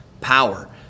power